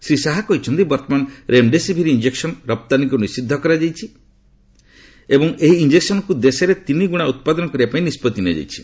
ସେ କହିଛନ୍ତି ବର୍ତ୍ତମାନ ରେମ୍ଡେସିଭିର୍ ଇଞ୍ଜକ୍ସନ୍ ରପ୍ତାନୀକୁ ନିଷିଦ୍ଧ କରାଯାଇଛି ଓ ଏହି ଇଞ୍ଜକ୍ସନ୍କୁ ଦେଶରେ ତିନିଗୁଣା ଉତ୍ପାଦନ କରିବା ପାଇଁ ନିଷ୍ପଭି ନିଆଯାଇଛି